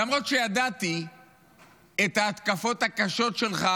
למרות שידעתי על ההתקפות הקשות שלך